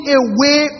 away